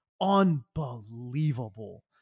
unbelievable